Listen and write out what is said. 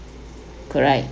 correct